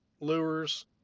lures